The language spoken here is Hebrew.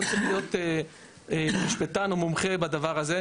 לא צריך להיות משפטן או מומחה בדבר הזה.